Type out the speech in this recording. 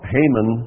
Haman